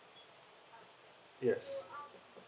yes